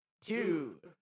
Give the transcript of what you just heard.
two